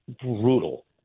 brutal